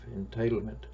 entitlement